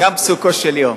גם "לפסוקו של יום".